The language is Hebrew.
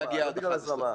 לא בגלל הזרמה,